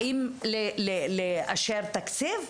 באים לאשר תקציב,